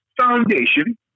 Foundation